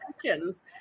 questions